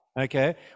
Okay